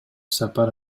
сапар